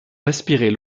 respirait